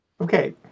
Okay